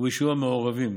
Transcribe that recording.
וביישובים המעורבים